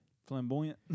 Flamboyant